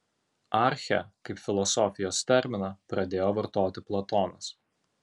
archę kaip filosofijos terminą pradėjo vartoti platonas